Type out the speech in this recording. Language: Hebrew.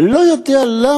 לא יודע למה,